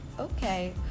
okay